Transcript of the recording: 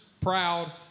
proud